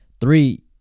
three